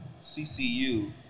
CCU